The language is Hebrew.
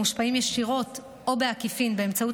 המושפעים ישירות או בעקיפין באמצעות